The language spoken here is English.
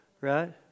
Right